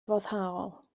foddhaol